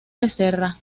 becerra